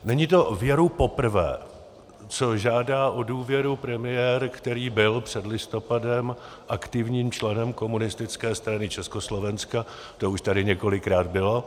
Není to věru poprvé, co žádá o důvěru premiér, který byl před listopadem aktivním členem Komunistické strany Československa, to už tady několikrát bylo.